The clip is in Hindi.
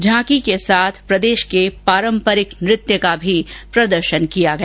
झांकी के साथ प्रदेश के पारम्परिक नृत्य का भी प्रदर्शन किया गया